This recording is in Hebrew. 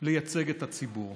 לייצג את הציבור,